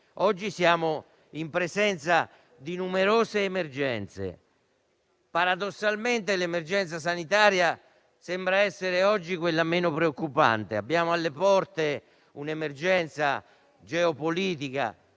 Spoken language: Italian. Oggi siamo in presenza di numerose emergenze, fra le quali paradossalmente quella sanitaria sembra essere la meno preoccupante. Abbiamo alle porte un'emergenza geopolitica